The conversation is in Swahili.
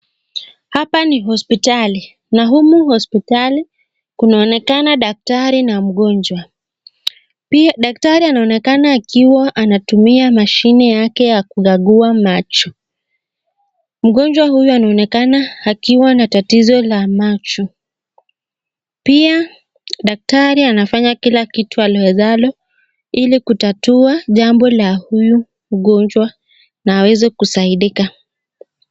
Hapa ni hospitali, na humu hospitali kunaonekana daktari na mgonjwa, pia daktari anaonekana akitumia mashine yake ya kukagua macho, mgonjwa huyu anaonekana akiwa na tatizo la macho, pia daktari anafanya kila kitu awezalo ili kutatua jambo la huyu mgonjwa na aweze kusaidika.